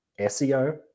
SEO